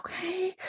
okay